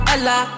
Ella